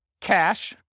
cash